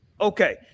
okay